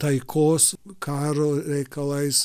taikos karo reikalais